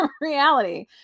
reality